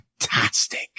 fantastic